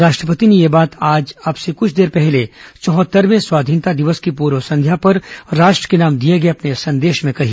राष्ट्रपति ने यह बात आज अब से कुछ देर पहले चौहत्तरवें स्वाधीनता दिवस की पूर्व संध्या पर राष्ट्र के नाम दिए गए अपने संदेश में कही